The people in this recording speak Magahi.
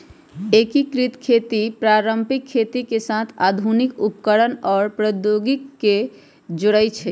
एकीकृत खेती पारंपरिक खेती के साथ आधुनिक उपकरणअउर प्रौधोगोकी के जोरई छई